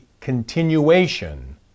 continuation